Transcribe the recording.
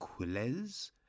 Quiles